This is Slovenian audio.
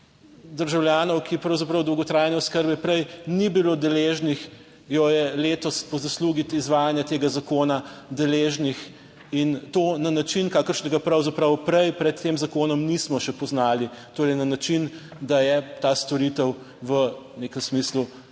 državljanov, ki pravzaprav dolgotrajne oskrbe prej ni bilo deležnih, jo je letos po zaslugi izvajanja tega zakona deležnih in to na način, kakršnega pravzaprav prej pred tem zakonom nismo še poznali, torej na način, da je ta storitev v nekem smislu brezplačna